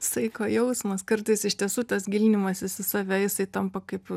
saiko jausmas kartais iš tiesų tas gilinimasis į save jisai tampa kaip